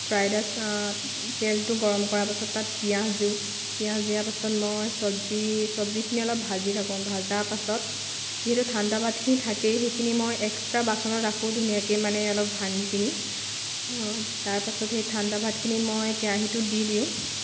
fried rice তেলটো গৰম কৰাৰ পাছত তাত পিয়াঁজ দিওঁ পিয়াঁজ দিয়াৰ পাছত মই চব্জি চব্জিখিনি অলপ ভাজি থাকোঁ ভজাৰ পিছত যিহেতু ঠাণ্ডা ভাতখিনি থাকেই সেইখিনি মই এক্সট্ৰা বাচনত ৰাখোঁ ধুনীয়াকৈ মানে অলপ ভাঙি পিনি তাৰ পাছত সেই ঠাণ্ডা ভাতখিনি মই কেৰাহীটোত দি দিওঁ